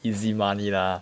easy money lah